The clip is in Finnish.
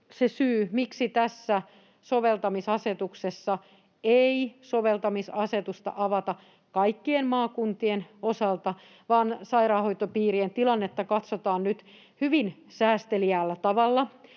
se syy, miksi tässä soveltamisasetuksessa ei soveltamisasetusta avata kaikkien maakuntien osalta vaan sairaanhoitopiirien tilannetta katsotaan nyt hyvin säästeliäällä tavalla,